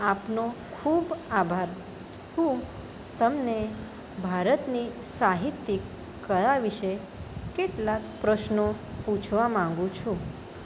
આપનો ખૂબ આભાર હું તમને ભારતની સાહિત્યીક કળા વિશે કેટલાક પ્રશ્નો પૂછવા માંગુ છું